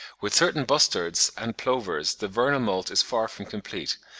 with certain bustards and plovers the vernal moult is far from complete,